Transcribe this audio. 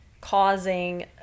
causing